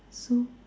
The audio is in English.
so